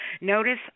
Notice